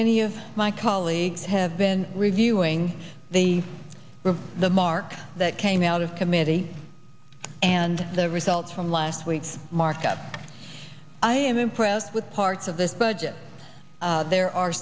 many of my colleagues have been reviewing the the mark that came out of committee and the results from last week's markup i am impressed with parts of this budget there are